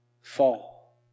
Fall